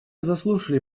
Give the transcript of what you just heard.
заслушали